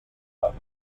books